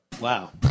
Wow